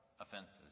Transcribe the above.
Offenses